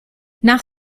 nach